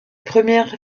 premières